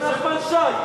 של נחמן שי.